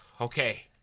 Okay